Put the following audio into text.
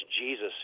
Jesus